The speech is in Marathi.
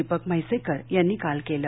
दीपक म्हैसेकर यांनी काल केलं